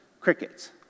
crickets